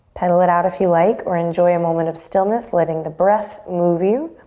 pedal it out if you like or enjoy a moment of stillness letting the breath move you.